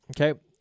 Okay